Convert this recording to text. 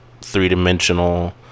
three-dimensional